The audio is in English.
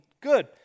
Good